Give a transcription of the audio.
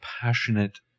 passionate